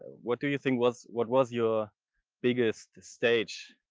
what do you think was what was your biggest stage?